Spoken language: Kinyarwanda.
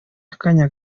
akanya